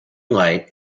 light